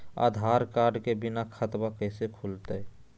आधार card के बिना खाताबा कैसे खुल तय?